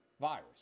virus